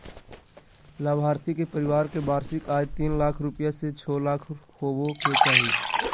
लाभार्थी के परिवार के वार्षिक आय तीन लाख रूपया से छो लाख होबय के चाही